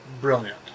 Brilliant